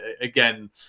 again